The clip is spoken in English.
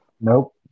Nope